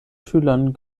schülern